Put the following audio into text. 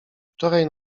wczoraj